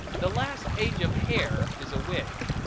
the last age of hair is a wig.